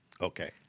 okay